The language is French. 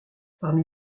parmi